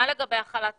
מה לגבי החל"ת